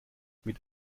mit